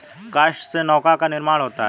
काष्ठ से नौका का निर्माण होता है